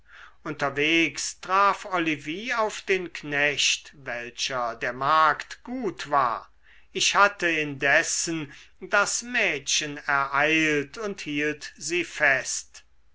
unterwegs traf olivie auf den knecht welcher der magd gut war ich hatte indessen das mädchen ereilt und hielt sie fest